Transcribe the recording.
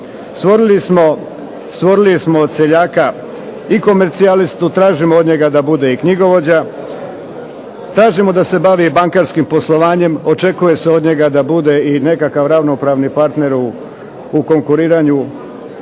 Stvorili smo od seljaka i komercijalistu, tražimo od njega da bude i knjigovođa, tražimo da se bavi bankarskim poslovanjem, očekuje se od njega da bude i nekakav ravnopravni partner u konkuriranju